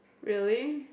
really